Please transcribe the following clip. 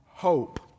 hope